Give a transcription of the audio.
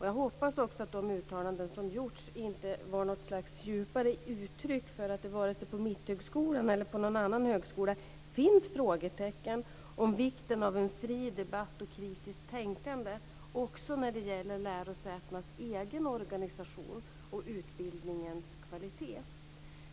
Jag hoppas också att de uttalanden som gjorts inte var något slags djupare uttryck för att det vare sig på Mitthögskolan eller på någon annan högskola finns frågetecken om vikten av en fri debatt och kritiskt tänkande också när det gäller lärosätenas egen organisation och utbildningens kvalitet.